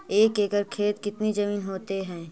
एक एकड़ खेत कितनी जमीन होते हैं?